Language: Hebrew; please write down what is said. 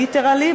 literally,